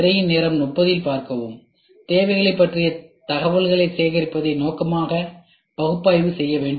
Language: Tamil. திரையின் நேரம் 3000 இல் பார்க்கவும் தேவைகள் பற்றிய தகவல்களை சேகரிப்பதை நோக்கமாக பகுப்பாய்வு செய்ய வேண்டும்